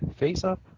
FaceUp